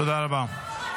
תודה רבה.